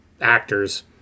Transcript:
actors